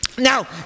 Now